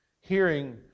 hearing